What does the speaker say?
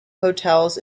hotels